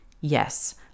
yes